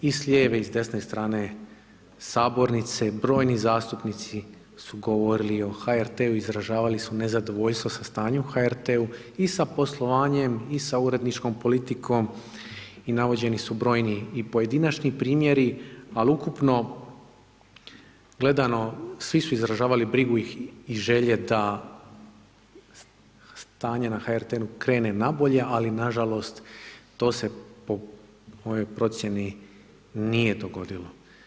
I s lijeve i desne strane sabornice brojni zastupnici su govorili o HRT-u izražavali su nezadovoljstvo sa stanjem u HRT-u i sa poslovanjem i sa uredničkom politikom i navođeni su brojni i pojedinačni primjeri, al ukupno gledano svi su izražavali brigu i želje da stanje na HRT-u krene nabolje ali nažalost to se po mojoj procjeni nije dogodilo.